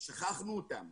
שכחנו אותן.